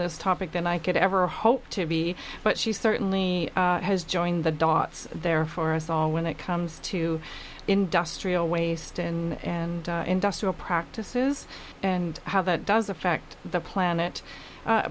this topic than i could ever hope to be but she certainly has joined the dots there for us all when it comes to industrial waste and industrial practices and how that does affect the planet